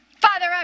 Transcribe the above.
Father